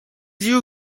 you